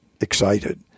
excited